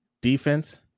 defense